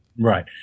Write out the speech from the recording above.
Right